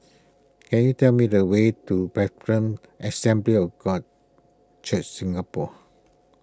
can you tell me the way to Background Assembly of God Church Singapore